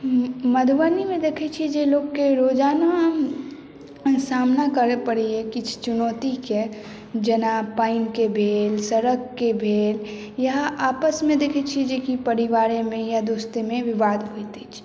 मधुबनीमे देखै छिए जे लोकके रोजाना सामना करऽ पड़ैए किछु चुनौतीके जेना पानिके भेल सड़कके भेल इएह आपसमे देखै छिए जे कि परिवारेमे या दोस्तेमे विवाद होइत अछि